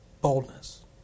Boldness